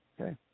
Okay